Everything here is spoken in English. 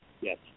Yes